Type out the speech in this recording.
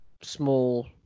small